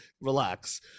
relax